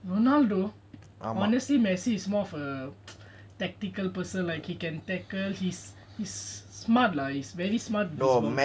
ronaldo honestly messi is more of a tactical person like he can tackle he's he's smart lah he's very smart with his ball